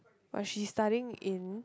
but she's studying in